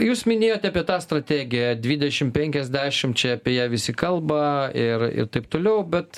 jūs minėjot apie tą strategiją dvidešim penkiasdešim čia apie ją visi kalba ir ir taip toliau bet